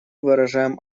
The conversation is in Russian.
выражаем